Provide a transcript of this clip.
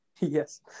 Yes